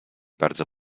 bardzo